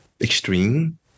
extreme